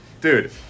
dude